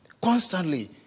Constantly